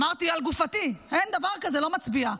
אמרתי: על גופתי, אין דבר כזה, לא מצביעה.